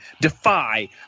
Defy